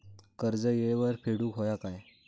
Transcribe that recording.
कर्ज येळेवर फेडूक होया काय?